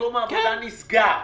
מקום העבודה נסגר.